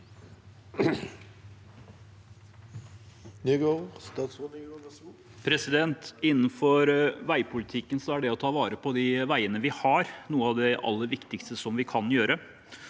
Innenfor veipolitikken er det å ta vare på de veiene vi har, noe av det aller viktigste vi kan gjøre.